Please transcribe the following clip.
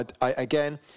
again